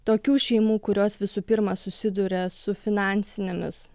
tokių šeimų kurios visų pirma susiduria su finansinėmis